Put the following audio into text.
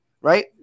right